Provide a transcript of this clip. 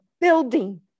building